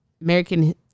American